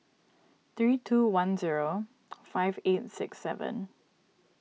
three two one zero five eight six seven